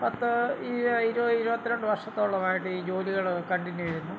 പത്ത് ഇയ്യ് ഇരുപത് ഇരുപത്തി രണ്ട് വർഷത്തോളമായിട്ട് ഈ ജോലികൾ കണ്ടിന്യു ചെയ്യുന്നു